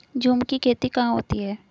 झूम की खेती कहाँ होती है?